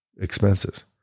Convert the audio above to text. Expenses